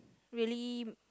really